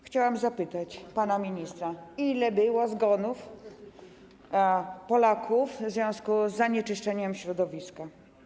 Chciałam zapytać pana ministra: Ile było zgonów Polaków w związku z zanieczyszczeniem środowiska?